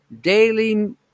daily